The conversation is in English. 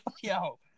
yo